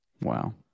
wow